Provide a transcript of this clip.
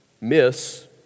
miss